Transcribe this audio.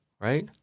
right